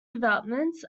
developments